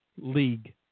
league